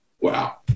Wow